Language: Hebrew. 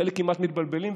חלק כמעט מתבלבלים,